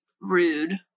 rude